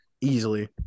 Easily